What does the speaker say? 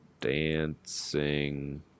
Dancing